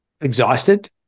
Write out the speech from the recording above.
exhausted